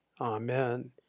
Amen